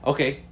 Okay